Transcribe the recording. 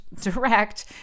direct